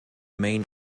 main